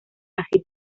así